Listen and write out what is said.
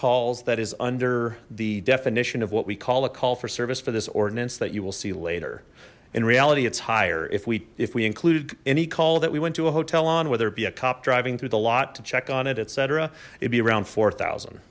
calls that is under the definition of what we call a call for service for this ordinance that you will see later in reality it's higher if we if we included any call that we went to a hotel on whether it be a cop driving through the lot to check on it etc it be around four thousand